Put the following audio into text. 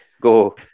go